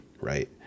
right